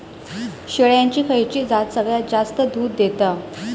शेळ्यांची खयची जात सगळ्यात जास्त दूध देता?